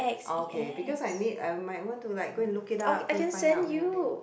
okay because I need I might want to like go and look it up go and find out kind of thing